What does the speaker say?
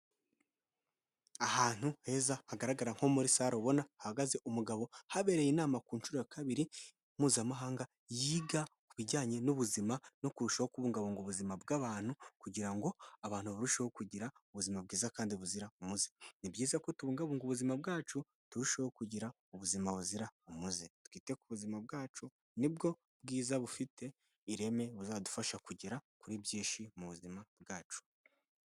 Ahantu heza hagaragara nko muri sale ubona hahagaze umugabo habereye inama ku nshuro ya kabiri mpuzamahanga yiga ku bijyanye n'ubuzima no kurushaho kubungabunga ubuzima bw'abantu kugira ngo abantu barusheho kugira ubuzima bwiza kandi buzira umuze. Ni byiza ko tubungabunga ubuzima bwacu, turusheho kugira ubuzima buzira umuze. Twite ku buzima bwacu nibwo bwiza bufite ireme buzadufasha kugera kuri byinshi mu buzima bwacu.